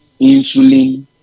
insulin